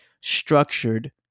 structured